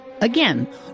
Again